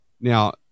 Now